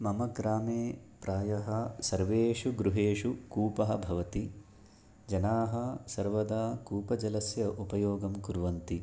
मम ग्रामे प्रायः सर्वेषु गृहेषु कूपः भवति जनाः सर्वदा कूपजलस्य उपयोगं कुर्वन्ति